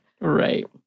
right